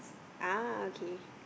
ah okay